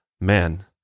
man